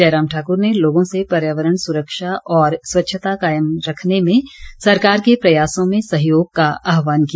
जयराम ठाकुर ने लोगों से पर्यावरण सुरक्षा और स्वच्छता कायम रखने में सरकार के प्रयासों में सहयोग का आहवान किया